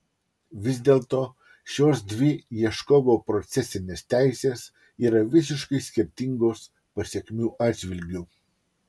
vis dėlto šios dvi ieškovo procesinės teisės yra visiškai skirtingos pasekmių atžvilgiu